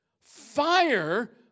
Fire